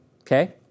Okay